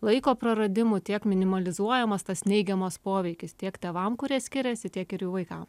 laiko praradimų tiek minimalizuojamas tas neigiamas poveikis tiek tėvam kurie skiriasi tiek ir jų vaikam